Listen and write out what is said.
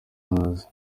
ntazwi